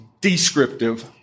descriptive